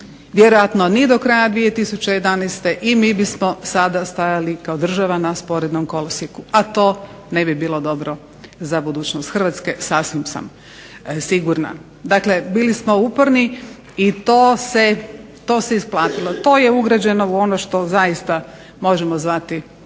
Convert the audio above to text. vjerojatno ni do kraja 2011. i mi bismo sada stajali kao država na sporednom kolosijeku, a to ne bi bilo dobro za budućnost Hrvatske sasvim sam sigurna. Dakle, bili smo uporni i to se isplatilo. To je ugrađeno u ono što zaista možemo zvati budućnost